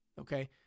Okay